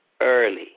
early